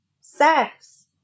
sex